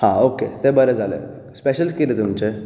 हां ओके तें बरें जालें स्पेशलस कितें तुमचें